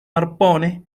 arpones